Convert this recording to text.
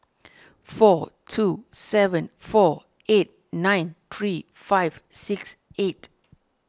four two seven four eight nine three five six eight